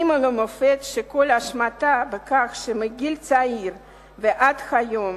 אמא למופת, שכל אשמתה בכך שמגיל צעיר ועד היום